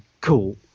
cool